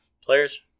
Players